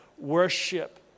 worship